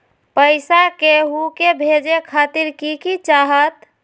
पैसा के हु के भेजे खातीर की की चाहत?